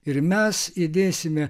ir mes įdėsime